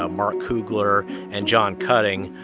ah mark coogler and john cutting,